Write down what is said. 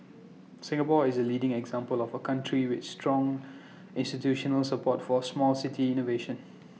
Singapore is A leading example of A country with strong institutional support for small city innovation